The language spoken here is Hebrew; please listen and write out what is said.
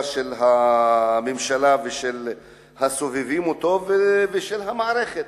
של הממשלה ושל הסובבים אותו ושל המערכת.